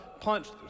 punched